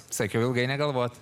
sakiau ilgai negalvot